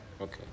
okay